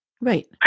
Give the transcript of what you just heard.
Right